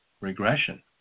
regression